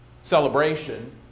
celebration